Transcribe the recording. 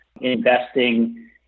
investing